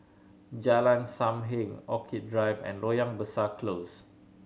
Jalan Sam Heng Orchid Drive and Loyang Besar Close